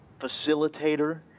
facilitator